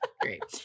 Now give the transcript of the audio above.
great